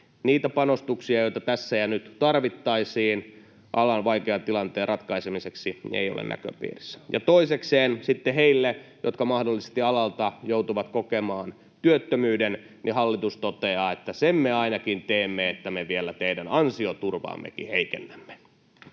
Niitä panostuksia, joita tässä ja nyt tarvittaisiin alan vaikean tilanteen ratkaisemiseksi, ei ole näköpiirissä. Ja toisekseen sitten heille, jotka mahdollisesti alalta joutuvat kokemaan työttömyyden, hallitus toteaa, että sen me ainakin teemme, että me vielä teidän ansioturvaammekin heikennämme.